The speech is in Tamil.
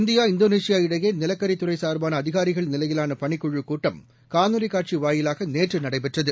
இந்தியா இந்தோனேஷியா இடையேநிலக்கரித்துறைசார்பானஅதிகாரிகள் நிலையிலானபணிக்குழுகூட்டம் காணொலிகாட்சிவாயிலாகநேற்றுநடைபெற்றது